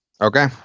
Okay